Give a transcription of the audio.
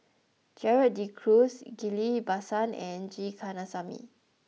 Gerald De Cruz Ghillie Basan and G Kandasamy